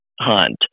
hunt